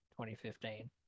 2015